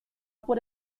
por